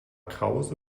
krause